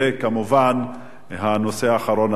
וכמובן הנושא האחרון,